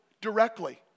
directly